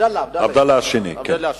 עבדאללה השני.